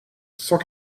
cent